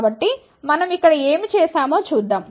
కాబట్టి మనం ఇక్కడ ఏమి చేసామో చూద్దాం